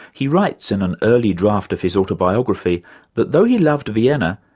he writes in an early draft of his autobiography that, though he loved vienna,